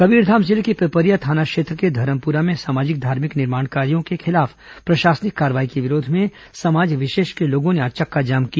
कबीरधाम जिले के पिपरिया थाना क्षेत्र के धरमपुरा में सामाजिक धार्मिक निर्माण कार्यो के खिलाफ प्रशासनिक कार्रवाई के विरोध में समाज विशेष के लोगों ने आज चक्काजाम किया